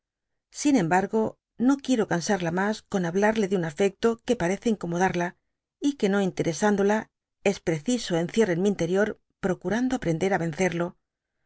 sin embargo no quiero cansarla mas con hablarle de un afecto que parece incomodarla y que no interesándola es preciso encierre en mi interior procurando aprender á vencerlo